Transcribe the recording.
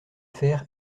fer